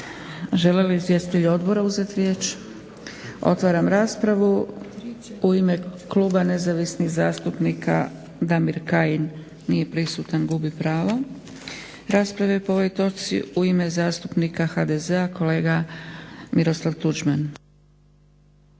Žele li izvjestitelji odbora uzeti riječ? Otvaram raspravu. U ime Kluba nezavisnih zastupnika Damir Kajin. Nije prisutan, gubi pravo rasprave po ovoj točci. U ime zastupnika HDZ-a kolega Miroslav Tuđman.